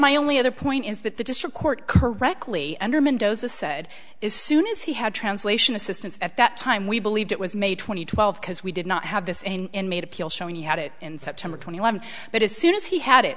my only other point is that the district court correctly under mendoza said is soon as he had translation assistance at that time we believed it was may two thousand and twelve because we did not have this and made appeal showing he had it in september twenty one but as soon as he had it